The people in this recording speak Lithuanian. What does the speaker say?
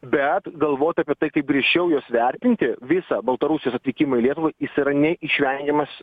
bet galvot apie tai kaip griežčiau juos vertinti visą baltarusijos atvykimą į lietuvai jis yra neišvengiamas